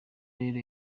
rero